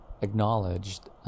acknowledged